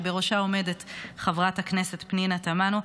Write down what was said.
שבראשה עומדת חברת הכנסת פנינה תמנו,